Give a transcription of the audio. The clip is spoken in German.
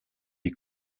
die